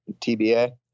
TBA